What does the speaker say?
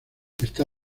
está